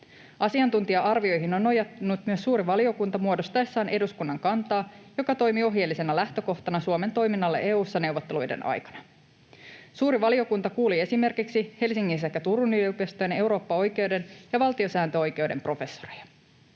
Asiantuntija-arvioihin on nojannut myös suuri valiokunta muodostaessaan eduskunnan kantaa, joka toimi ohjeellisena lähtökohtana Suomen toiminnalle EU:ssa neuvotteluiden aikana. Suuri valiokunta kuuli esimerkiksi Helsingin sekä Turun yliopistojen eurooppaoikeuden ja valtiosääntöoikeuden professoreja.